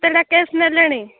କେତେଟା କେସ୍ ନେଲେଣି